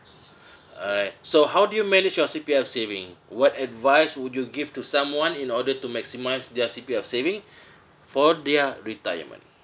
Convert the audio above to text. alright so how do you manage your C_P_F saving what advice would you give to someone in order to maximise their C_P_F saving for their retirement